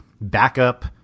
backup